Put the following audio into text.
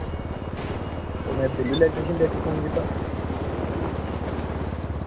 एह् मैं बिल इलैक्ट्रीशन दी हट्टी फोन कीत्ता